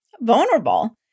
vulnerable